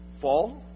fall